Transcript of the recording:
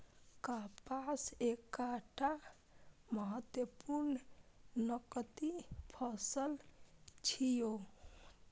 कपास एकटा महत्वपूर्ण नकदी फसल छियै